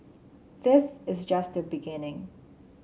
this is just the beginning